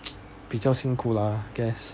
比较辛苦啦 I guess